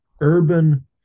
urban